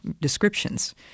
descriptions